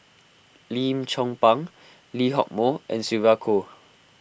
Lim Chong Pang Lee Hock Moh and Sylvia Kho